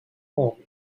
home